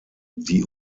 die